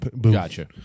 Gotcha